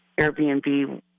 Airbnb